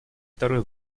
второй